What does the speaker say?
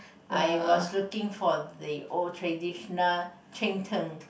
I was looking for the old traditional cheng-tng